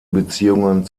beziehungen